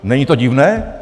Není to divné?